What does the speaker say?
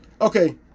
Okay